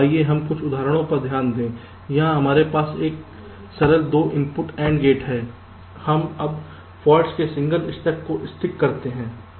आइए हम कुछ उदाहरणों पर ध्यान दें यहां हमारे पास एक सरल 2 इनपुट AND गेट है हम अब फॉल्ट्स में सिंगल स्टक को स्टिक करते हैं